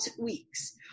weeks